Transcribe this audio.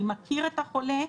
אני מכיר את החולה,